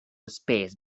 space